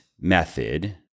method